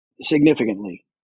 Significantly